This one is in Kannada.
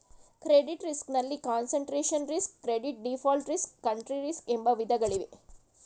ಕ್ರೆಡಿಟ್ ರಿಸ್ಕ್ ನಲ್ಲಿ concentration risk, credit default risk, country risk ಎಂಬ ವಿಧಗಳಿವೆ